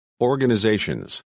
organizations